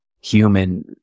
human